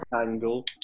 angle